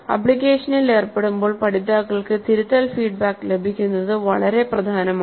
ആപ്ലിക്കേഷനിൽ ഏർപ്പെടുമ്പോൾ പഠിതാക്കൾക്ക് തിരുത്തൽ ഫീഡ്ബാക്ക് ലഭിക്കുന്നത് വളരെ പ്രധാനമാണ്